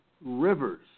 rivers